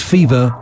Fever